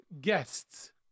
guests